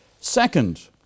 Second